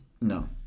No